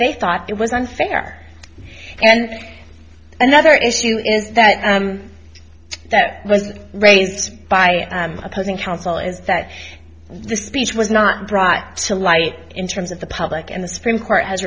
they thought it was unfair and another issue is that that was raised by opposing counsel is that this speech was not brought to light in terms of the public and the supreme court has